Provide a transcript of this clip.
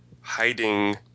hiding